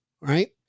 Right